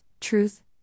truth